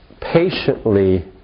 Patiently